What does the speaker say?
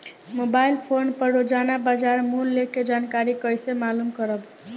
Mobile phone पर रोजाना बाजार मूल्य के जानकारी कइसे मालूम करब?